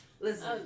Listen